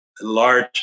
large